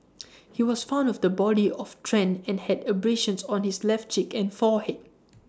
he was found of the body of Tran and had abrasions on his left cheek and forehead